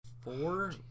Four